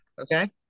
Okay